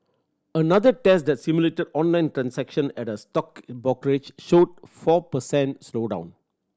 another test that simulated online transaction at a stock brokerage showed four per cent slowdown